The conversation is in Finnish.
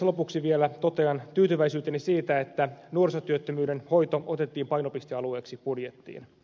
lopuksi vielä totean tyytyväisyyteni siitä että nuorisotyöttömyyden hoito otettiin painopistealueeksi budjettiin